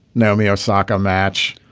now me our soccer match.